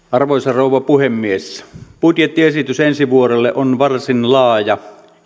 arvoisa rouva puhemies budjettiesitys ensi vuodelle on varsin laaja